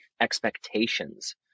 expectations